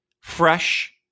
fresh